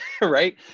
right